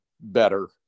better